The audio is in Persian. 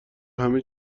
همه